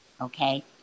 okay